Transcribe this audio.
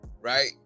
right